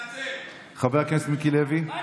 אדוני היושב-ראש, בוקר טוב.